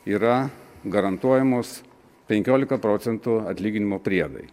yra garantuojamos penkiolika procentų atlyginimo priedai